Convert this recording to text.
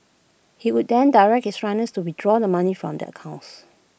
he would then direct his runners to withdraw the money from the accounts